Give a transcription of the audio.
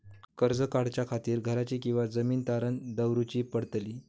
कर्ज काढच्या खातीर घराची किंवा जमीन तारण दवरूची पडतली?